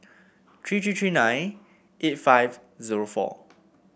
three three three nine eight five zero four